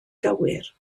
gywir